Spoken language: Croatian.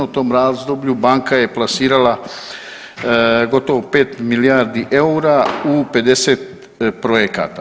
U tom razdoblju banka je plasirala gotovo 5 milijardi eura u 50 projekata.